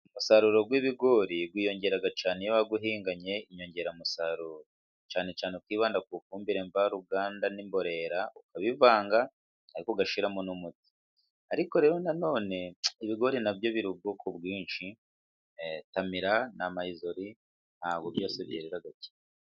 umusaruro w'ibigori wiyongera cyane iyo wawuhinganye inyongeramusaruro, cyane cyane kwibanda ku ifumbire mvaruganda n'imborera, ukabivanga ariko ugashiramo n'umuti. Ariko rero nanone ibigori na byo biri ubwoko bwinshi: tamira na mayizori ntabwo byose byera kimwe.